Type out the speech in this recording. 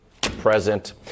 present